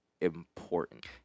important